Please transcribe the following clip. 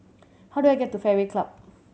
how do I get to Fairway Club